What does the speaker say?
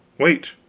wait,